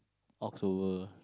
October